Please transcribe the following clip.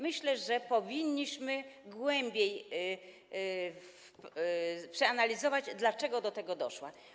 Myślę, że powinniśmy głębiej przeanalizować, dlaczego do tego doszło.